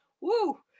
Woo